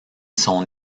son